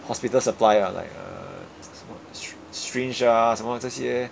hospital supply uh like err 什么 syr~ syringe ah 什么这些